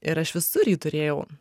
ir aš visur jį turėjau